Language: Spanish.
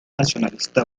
nacionalista